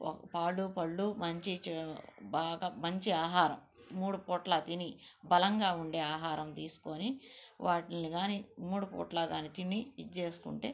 పాలు పళ్లు మంచి చే బాగా మంచి ఆహారం మూడు పూటల తిని బలంగా ఉండే ఆహారం తీసుకుని వాటిల్ని కాని మూడు పూటల కాని తిని ఇది చేసుకుంటే